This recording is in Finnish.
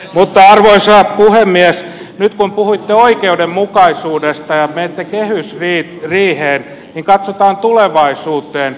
mutta arvoisa puhemies nyt kun puhuitte oikeudenmukaisuudesta ja menette kehysriiheen niin katsotaan tulevaisuuteen